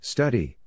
Study